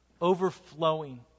overflowing